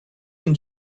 can